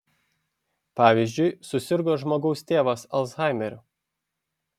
pavyzdžiui susirgo žmogaus tėvas alzhaimeriu